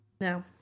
No